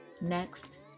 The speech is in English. next